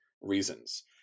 reasons